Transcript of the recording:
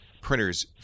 printers